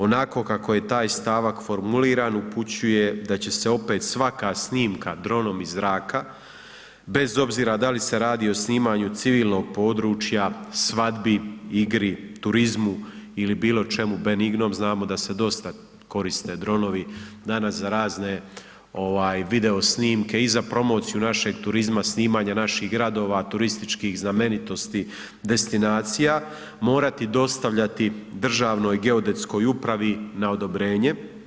Onako kako je taj stavak formuliran upućuje da će se opet svaka snimka dronom iz zraka bez obzira da li se radi o snimanju civilnog područja, svadbi, igri, turizmu ili bilo čemu benignom, znamo da se dosta koriste dronovi danas za razne video snimke i za promociju našeg turizma, snimanja naših gradova, turističkih znamenitosti destinacija, morati dostavljati Državnoj geodetskoj upravi na odobrenje.